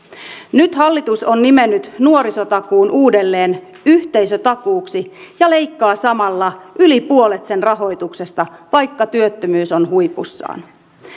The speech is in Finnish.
nyt hallitus on nimennyt nuorisotakuun uudelleen yhteisötakuuksi ja leikkaa samalla yli puolet sen rahoituksesta vaikka työttömyys on huipussaan